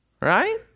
right